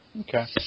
Okay